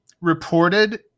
reported